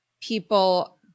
people